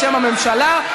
בשם הממשלה.